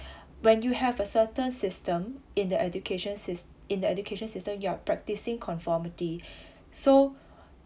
when you have a certain system in the education sys~ in the education system you are practising conformity so